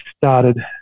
started